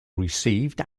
received